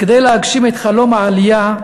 כדי להגשים את חלום העלייה,